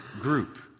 group